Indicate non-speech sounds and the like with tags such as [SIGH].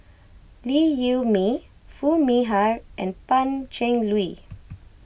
Liew Wee Mee Foo Mee Har and Pan Cheng Lui [NOISE]